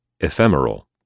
ephemeral